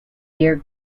dear